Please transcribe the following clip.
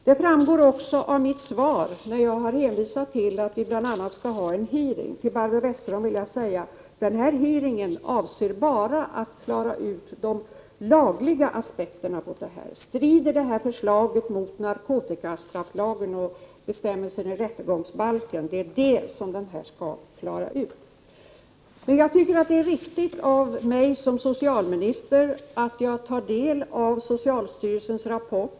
Det framgår av mitt svar, där jag har hänvisat till att det skall hållas en hearing. Till Barbro Westerholm vill jag säga att denna hearing bara avser att klara ut de lagliga aspekterna av förslaget; strider det mot narkotikastrafflagen och bestämmelserna i rättegångsbalken? Det är riktigt av mig som socialminister att ta del av socialstyrelsens rapport.